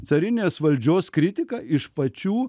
carinės valdžios kritika iš pačių